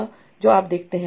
तो वही है जो आप देखते हैं